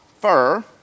fur